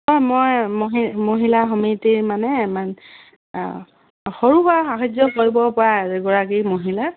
অঁ মই মহিলা সমিতিৰ মানে সৰু সুৰা সাহাৰ্য কৰিবপৰা এগৰাকী মহিলা